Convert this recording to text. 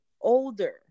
older